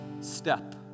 step